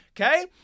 okay